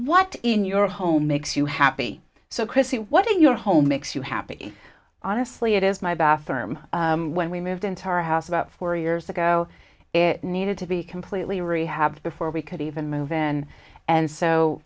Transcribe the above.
what in your home makes you happy so chris what are your home makes you happy honestly it is my bathroom when we moved into our house about four years ago it needed to be completely rehab before we could even move in and so